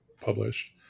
published